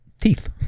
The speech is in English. teeth